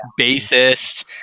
bassist